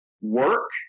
work